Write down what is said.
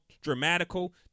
Dramatical